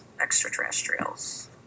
extraterrestrials